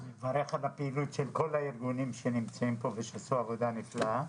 ואני מברך על הפעילות של כל הארגונים שנמצאים פה ושעשו עבודה נפלאה,